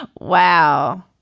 but wow.